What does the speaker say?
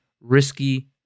risky